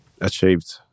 achieved